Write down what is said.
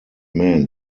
men